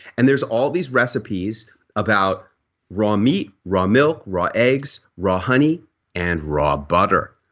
and there's all these recipes about raw meat, raw milk, raw eggs, raw honey and raw butter.